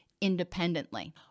independently